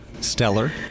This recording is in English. Stellar